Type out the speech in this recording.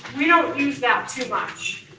we don't use that too much.